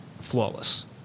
flawless